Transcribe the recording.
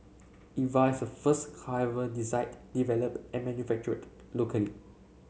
Eva is the first car ever designed developed and manufactured locally